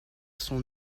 son